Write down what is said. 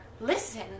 Listen